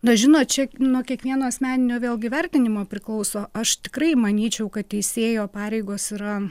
na žinot čia nuo kiekvieno asmeninio vėlgi vertinimo priklauso aš tikrai manyčiau kad teisėjo pareigos yra